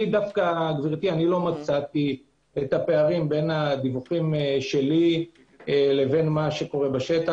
לא מצאתי את הפערים בין הדיווחים שלי למה שקורה בשטח.